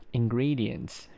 ingredients